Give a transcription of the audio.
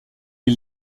est